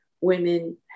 women